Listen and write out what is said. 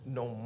no